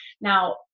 Now